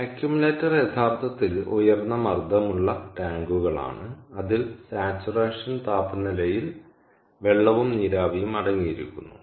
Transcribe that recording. accumulator യഥാർത്ഥത്തിൽ ഉയർന്ന മർദ്ദമുള്ള ടാങ്കുകളാണ് അതിൽ സാച്ചുറേഷൻ താപനിലയിൽ വെള്ളവും നീരാവിയും അടങ്ങിയിരിക്കുന്നു